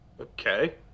Okay